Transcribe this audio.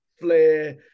flair